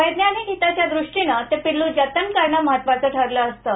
वैज्ञानिक हिताच्या दृष्टीनं ते पिल्लू जतन करणं महत्वाचं ठरलं असतं